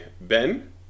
Ben